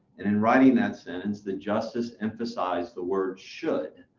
in writing that since the justice emphasized the word should.